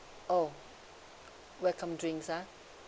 oh welcome drinks ah